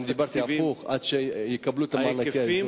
דיברתי הפוך, עד שיקבלו את מענקי האיזון.